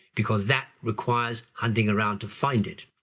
because that requires hunting around to find it.